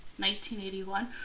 1981